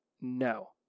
No